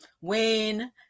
Wayne